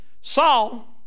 Saul